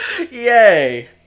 Yay